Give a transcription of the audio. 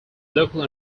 local